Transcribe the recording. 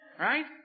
Right